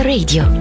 Radio